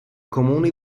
comune